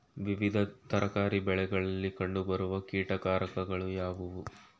ವಿವಿಧ ತರಕಾರಿ ಬೆಳೆಗಳಲ್ಲಿ ಕಂಡು ಬರುವ ಕೀಟಕಾರಕಗಳು ಯಾವುವು?